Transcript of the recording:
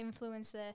influencer